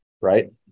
right